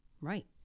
right